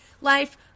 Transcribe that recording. life